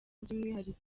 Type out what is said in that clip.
by’umwihariko